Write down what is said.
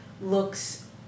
looks